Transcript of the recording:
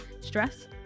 stress